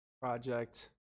Project